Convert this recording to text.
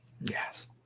Yes